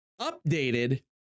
updated